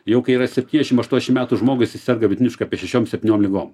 jau kai yra septyniašim aštuoniašim metų žmogui jisai serga vidutiniškai apie šešiom septyniom ligom